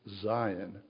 Zion